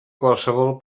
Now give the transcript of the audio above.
qualssevol